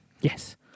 yes